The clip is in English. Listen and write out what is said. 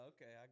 Okay